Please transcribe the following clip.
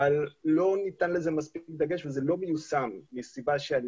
אבל לא ניתן לזה מספיק דגש וזה לא מיושם מסיבה שאני